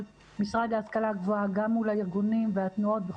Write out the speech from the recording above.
המשרד להשכלה גבוהה וגם מול הארגונים והתנועות.